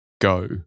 go